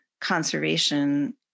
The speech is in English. conservation